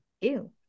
Ew